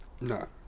No